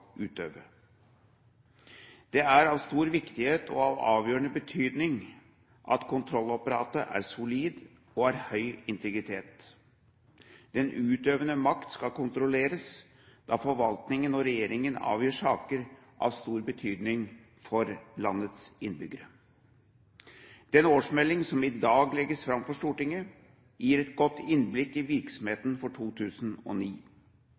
er av stor viktighet og av avgjørende betydning at kontrollapparatet er solid og har høy integritet. Den utøvende makt skal kontrolleres, da forvaltningen og regjeringen avgir saker av stor betydning for landets innbyggere. Den årsmelding som i dag legges fram for Stortinget, gir et godt innblikk i